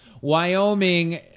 Wyoming